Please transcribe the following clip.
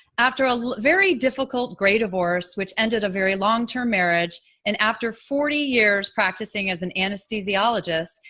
after a very difficult gray divorce, which ended a very long term marriage and after forty years practising as an anesthesiologist,